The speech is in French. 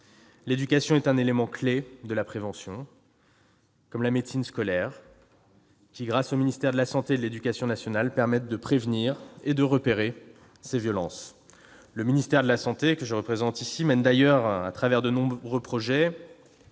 L'éducation est un élément clé de la prévention, comme la médecine scolaire, qui, grâce aux ministères de la santé et de l'éducation nationale, permet de prévenir et de repérer ces violences. Le ministère de la santé, que je représente ici, mène, d'ailleurs, au travers de nombreux projets,